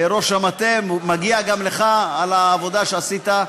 ראש המטה, מגיע גם לך על העבודה שעשית.